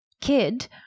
kid